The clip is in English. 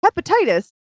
hepatitis